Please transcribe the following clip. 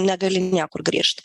negali niekur grįžt